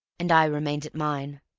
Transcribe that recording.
and i remained at mine,